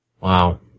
Wow